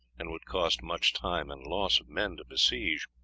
and would cost much time and loss of men to besiege.